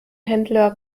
händler